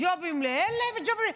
ג'ובים לאלה וג'ובים לאלה.